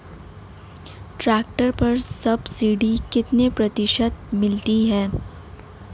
Tractor पर subsidy कितने प्रतिशत मिलती है?